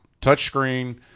touchscreen